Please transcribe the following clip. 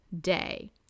day